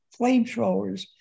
flamethrowers